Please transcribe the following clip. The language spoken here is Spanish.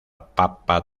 papa